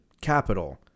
Capital